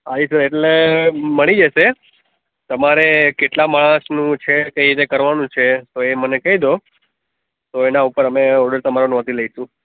હા એ તો એટલે મળી જશે તમારે કેટલા માણસનું છે કઈ રીતે કરવાનું છે હવે એ મને કહી દો તો એના ઉપર અમે ઓર્ડર તમારો નોંધી લઈશું